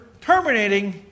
terminating